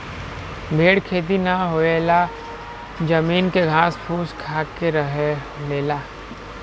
भेड़ खेती ना होयेवाला जमीन के घास फूस खाके रह लेला